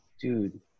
dude